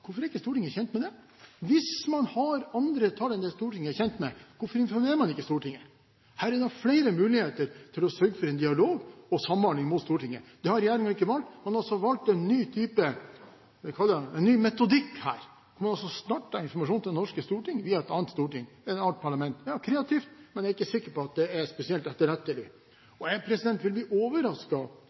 Hvorfor er ikke Stortinget kjent med det? Hvis man har andre tall enn det Stortinget er kjent med, hvorfor informerer man ikke Stortinget? Her er det flere muligheter til å sørge for en dialog og samhandling med Stortinget. Det har regjeringen ikke valgt. Man har valgt en ny metodikk her, hvor man altså starter informasjonen til Det norske storting via et annet parlament – kreativt, men jeg er ikke sikker på om det er spesielt etterrettelig. Jeg vil bli